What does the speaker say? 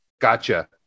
gotcha